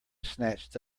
snatched